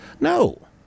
no